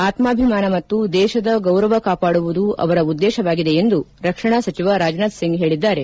ಆತ್ಪಾಭಿಮಾನ ಮತ್ತು ದೇಶದ ಗೌರವ ಕಾಪಾಡುವುದು ಅವರ ಉದ್ದೇಶವಾಗಿದೆ ಎಂದು ರಕ್ಷಣಾ ಸಚಿವ ರಾಜನಾಥ್ ಸಿಂಗ್ ಹೇಳಿದ್ದಾರೆ